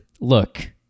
look